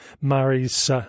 Murray's